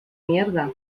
mierda